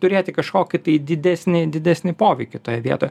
turėti kažkokį tai didesnį didesnį poveikį toje vietoje